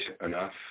enough